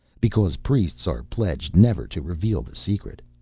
because priests are pledged never to reveal the secret.